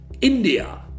INDIA